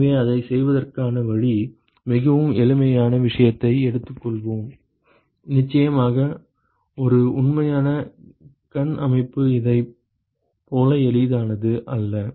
எனவே அதைச் செய்வதற்கான வழி மிகவும் எளிமையான விஷயத்தை எடுத்துக் கொள்வோம் நிச்சயமாக ஒரு உண்மையான கண் அமைப்பு இதைப் போல எளிதானது அல்ல